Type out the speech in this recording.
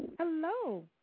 Hello